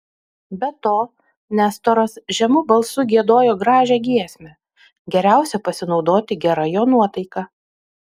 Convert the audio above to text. be to nestoras žemu balsu giedojo gražią giesmę geriausia pasinaudoti gera jo nuotaika